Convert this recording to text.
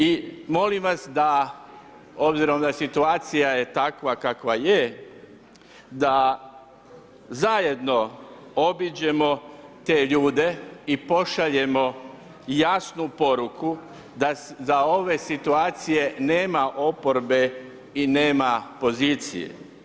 I molim vas da, obzirom da situacija je takva kakva je da zajedno obiđemo te ljude i pošaljemo jasnu poruku da za ove situacije nema oporbe i nema pozicije.